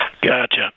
Gotcha